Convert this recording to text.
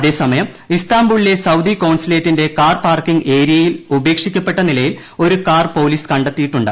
അതേസമയം ഇസ്താംബൂളിലെ സൌദി കോൺസുലേറ്റിന്റെ കാർ പാർക്കിംഗ് ഏരിയയിൽ ഉപേക്ഷിക്കപ്പെട്ട നിലയിൽ ഒരു പോലീസ് കണ്ടെത്തിയിട്ടുണ്ട്